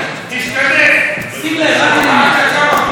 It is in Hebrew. אל תיקח לי מהזמן, תן לי.